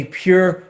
pure